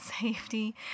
safety